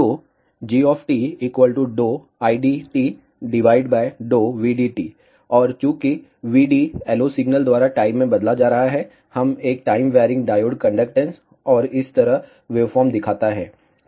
तो gt IDVD और चूंकि VD LO सिग्नल द्वारा टाइम में बदला जा रहा है हम एक टाइम वैरीइंग डायोड कंडक्टेंस और इस तरह वेवफॉर्म दिखता है